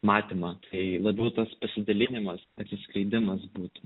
matymą tai labiau tas pasidalinimas atsiskleidimas būtų